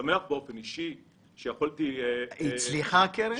שמח באופן אישי שיכולתי -- הצליחה הקרן?